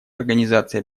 организации